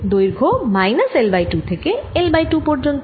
দৈর্ঘ্য minus L by 2 থেকে L by 2 পর্যন্ত